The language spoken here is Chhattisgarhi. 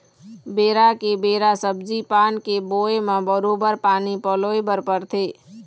बेरा के बेरा सब्जी पान के बोए म बरोबर पानी पलोय बर परथे